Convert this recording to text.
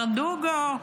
ברדוגו,